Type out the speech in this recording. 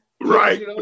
Right